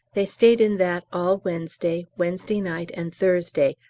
they stayed in that all wednesday, wednesday night, and thursday,